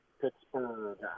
Pittsburgh